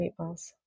meatballs